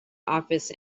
office